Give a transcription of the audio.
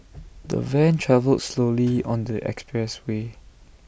the van travelled slowly on the expressway